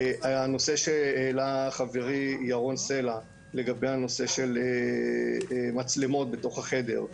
הנושא שהעלה חברי ירון סלע לגבי הנושא של מצלמות בתוך החדר.